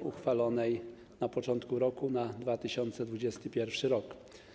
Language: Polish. uchwalonej na początku roku na 2021 r.